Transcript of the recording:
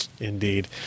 Indeed